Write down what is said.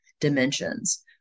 dimensions